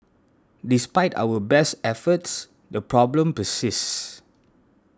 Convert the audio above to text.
despite our best efforts the problem persists